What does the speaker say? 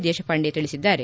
ದೇಶಪಾಂಡೆ ತಿಳಿಸಿದ್ದಾರೆ